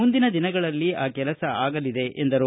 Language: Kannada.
ಮುಂದಿನ ದಿನಗಳಲ್ಲಿ ಆ ಕೆಲಸ ಆಗಲಿದೆ ಎಂದರು